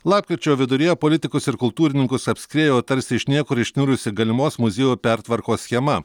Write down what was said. lapkričio viduryje politikus ir kultūrininkus apskriejo tarsi iš niekur išnirusi galimos muziejų pertvarkos schema